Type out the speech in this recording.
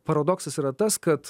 paradoksas yra tas kad